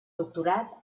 doctorat